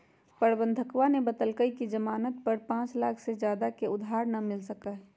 प्रबंधकवा ने बतल कई कि ई ज़ामानत पर पाँच लाख से ज्यादा के उधार ना मिल सका हई